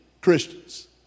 Christians